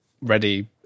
ready